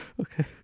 Okay